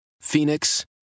Phoenix